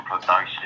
production